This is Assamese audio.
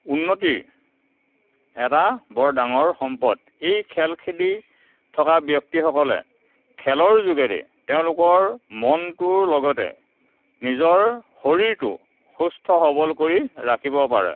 উন্নতিৰ এটা বৰ ডাঙৰ সম্পদ এই খেল খেলি থকা ব্যক্তিসকলে খেলৰ যোগেদি তেওঁলোকৰ মনটোৰ লগতে নিজৰ শৰীৰটোও সুস্থ সবল কৰি ৰাখিব পাৰে